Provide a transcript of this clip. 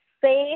safe